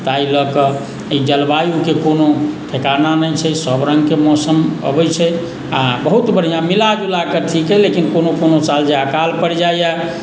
ताहि लए कऽ एहि जलवायुके कोनो ठेकाना नहि छै सब रङ्गके मौसम अबैत छै आ बहुत बढ़िआँ मिला जुला कऽ ठीके लेकिन कोनो कोनो साल जे अकाल पड़ि जाइया